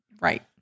Right